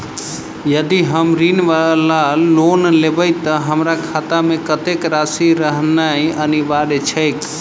यदि हम ऋण वा लोन लेबै तऽ हमरा खाता मे कत्तेक राशि रहनैय अनिवार्य छैक?